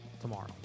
tomorrow